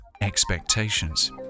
expectations